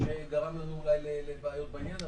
שגרם לנו אולי לבעיות בעניין.